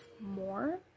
more